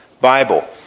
Bible